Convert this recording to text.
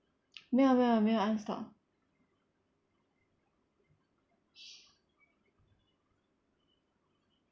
没有没有没有按 stop